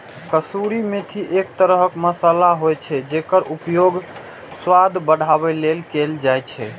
कसूरी मेथी एक तरह मसाला होइ छै, जेकर उपयोग स्वाद बढ़ाबै लेल कैल जाइ छै